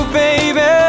baby